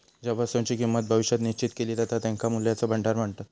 ज्या वस्तुंची किंमत भविष्यात निश्चित केली जाता त्यांका मूल्याचा भांडार म्हणतत